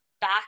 back